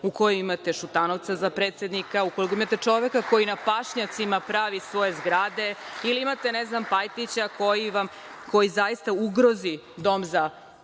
u kojoj imate Šutanovca za predsednika, u kojoj imate čoveka koji na pašnjacima pravi svoje zgrade, ili imate, ne znam, Pajtića koji zaista ugrozi dom za decu